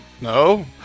No